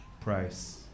price